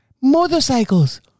Motorcycles